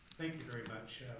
thank you very much,